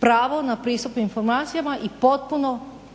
pravo na pristup informacijama i